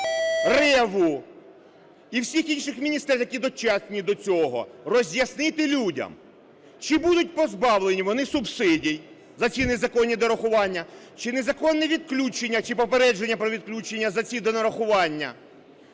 Реву і всіх інших міністрів, які дочасні до цього, роз'яснити людям, чи будуть позбавлені вони субсидій за ці незаконні донарахування, чи незаконне відключення, чи попередження про відключення за ці донарахування.